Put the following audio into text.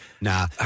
Nah